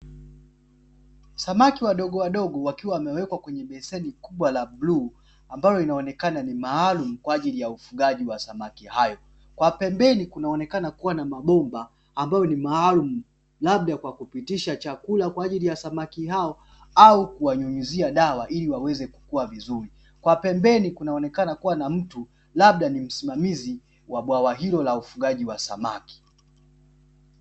Samaki wadogowadogo wakiwa wamewekwa kwenye beseni kubwa la bluu ambalo linaonekana ni maalumu kwa ajili ya ufugaji wa samaki hao, kwa pembeni kunaonekana kuwa na mabomba ambayo ni maalumu labda kwa kupitisha chakula kwa ajili ya samaki hao au kuwanyunyizia dawa ili waweze kukua vizuri. Kwa pembeni kunaonekana kuwa na mtu labda ni msimamizi wa bwawa hilo la ufugaji wa samaki.